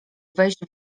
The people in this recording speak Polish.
wejść